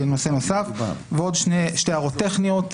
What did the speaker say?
ועוד שתי הערות טכניות.